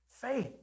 Faith